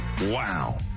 Wow